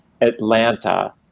Atlanta